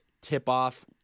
tip-off